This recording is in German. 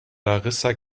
larissa